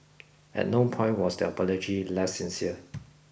at no point was the apology less sincere